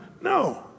No